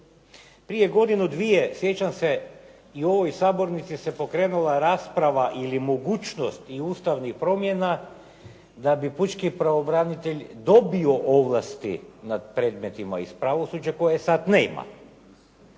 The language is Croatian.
Prije godinu, dvije sjećam se i u ovoj sabornici se pokrenula rasprava ili mogućnost i ustavnih promjena, da bi pučki pravobranitelj dobio ovlasti nad predmetima iz pravosuđa koje sada nema.